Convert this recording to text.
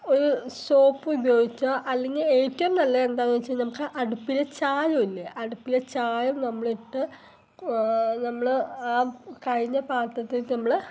ഒയ് സോപ്പുപയോഗിച്ച് അല്ലെങ്കിൽ ഏറ്റം നല്ലതെന്താന്ന് വെച്ചാൽ നമുക്കടുപ്പിലെ ചായവില്ലെ അടുപ്പിലെ ചായം നമ്മളിട്ട് നമ്മൾ ആ കയിഞ്ഞ പാത്രത്തിലെക്ക് നമ്മൾ